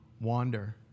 Wander